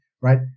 right